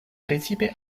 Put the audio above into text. precipe